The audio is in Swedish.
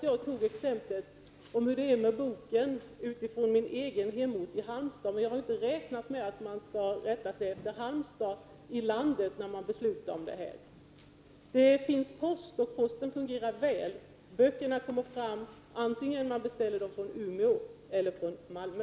Jag tog exemplet med en bokutlåning från en depå ifrån min egen hemort i Halmstad. Men jag har ju inte räknat med att man skall rätta sig efter Halmstad när man beslutar i ärendet. Det finns post, och posten fungerar väl över hela landet. Böckerna kommer fram antingen man beställer dem från Umeå eller från Malmö.